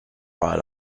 right